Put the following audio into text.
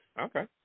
Okay